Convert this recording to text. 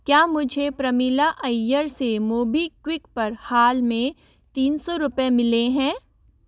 क्या मुझे प्रमिला अय्यर से मोबीक्विक पर हाल में तीन सौ रुपये मिले हैं